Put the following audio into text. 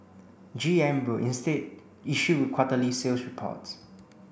G M will instead issue quarterly sales reports